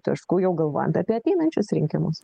taškų jau galvojant apie ateinančius rinkimus